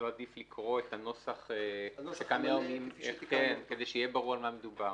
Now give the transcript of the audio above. עדיף לקרוא את הנוסח שקיים כדי שיהיה ברור על מה מדובר.